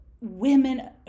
women